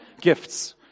Gifts